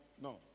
no